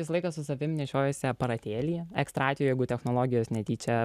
visą laiką su savim nešiojuosi aparatėlį ekstra atveju jeigu technologijos netyčia